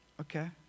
okay